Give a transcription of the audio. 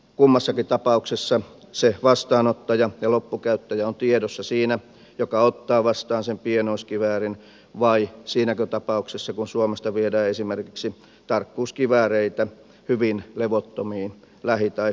kummassa tapauksessa se vastaanottaja ja loppukäyttäjä ovat tiedossa siinä kun joku ottaa vastaan sen pienoiskiväärin vai siinäkö tapauksessa kun suomesta viedään esimerkiksi tarkkuuskivääreitä hyvin levottomiin lähi tai kaukoidän maihin